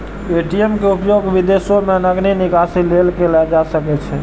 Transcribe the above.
ATM के उपयोग विदेशो मे नकदी निकासी लेल कैल जा सकैत छैक